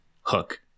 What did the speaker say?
Hook